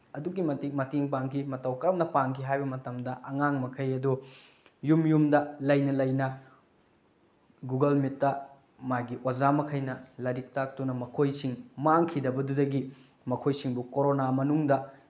ꯑꯗꯨꯛꯀꯤ ꯃꯇꯤꯛ ꯃꯇꯦꯡ ꯄꯥꯡꯈꯤ ꯃꯇꯧ ꯀꯔꯝꯅ ꯄꯥꯡꯈꯤ ꯍꯥꯏꯕ ꯃꯇꯝꯗ ꯑꯉꯥꯡ ꯃꯈꯩ ꯑꯗꯨ ꯌꯨꯝ ꯌꯨꯝꯗ ꯂꯩꯅ ꯂꯩꯅ ꯒꯨꯒꯜ ꯃꯤꯠꯇ ꯃꯥꯒꯤ ꯑꯣꯖꯥ ꯃꯈꯩꯅ ꯂꯥꯏꯔꯤꯛ ꯇꯥꯛꯇꯨꯅ ꯃꯈꯣꯏꯁꯤꯡ ꯃꯥꯡꯈꯤꯒꯗꯕꯗꯨꯗꯒꯤ ꯃꯈꯣꯏꯁꯤꯡꯕꯨ ꯀꯣꯔꯣꯅꯥ ꯃꯅꯨꯡꯗ